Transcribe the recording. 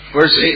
Verse